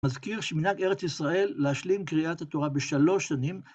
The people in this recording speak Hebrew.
מזכיר שמנהג ארץ ישראל להשלים קריאת התורה בשלוש שנים.